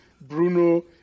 Bruno